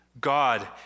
God